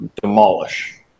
demolish